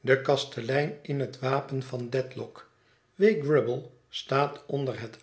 de kastelein in net wapen van dedlock w grubble staat onder het